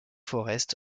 forest